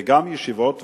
וגם ישיבות,